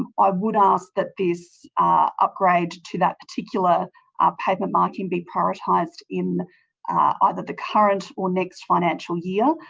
i would ask that this upgrade to that particular ah pavement marking be prioritised in either the current or next financial year.